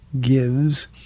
gives